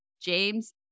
James